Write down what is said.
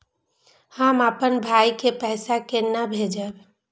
हम आपन भाई के पैसा केना भेजबे?